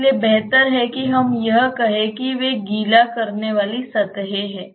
इसलिए बेहतर है कि हम यह कहें कि वे गीला करने वाली सतहे हैं